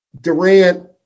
Durant